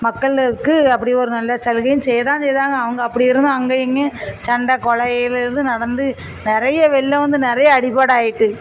மக்களுக்கு அப்படி ஒரு நல்ல சலுகையும் செய்யதான் செய்தாங்க அவங்க அப்படி இருந்தும் அங்கேயும் இங்கேயும் சண்டை கொலையிலிருந்து நடந்து நிறைய வெள்ளம் வந்து நிறைய அடிப்பாடாயிட்டு